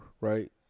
right